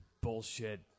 bullshit